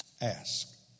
Ask